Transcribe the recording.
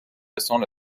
récents